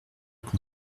quand